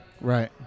right